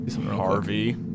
Harvey